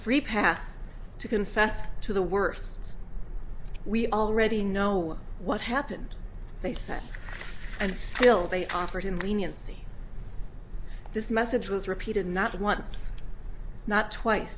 free pass to confess to the worst we already know what happened they said and still they operate in leniency this message was repeated not once not twice